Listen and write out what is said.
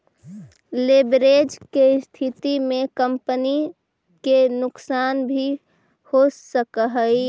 leverage के स्थिति में कंपनी के नुकसान भी हो सकऽ हई